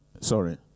sorry